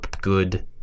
good